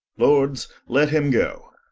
lords, let him goe.